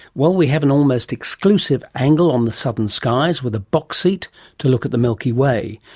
well, we have an almost exclusive angle on the southern skies with a box seat to look at the milky way.